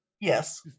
Yes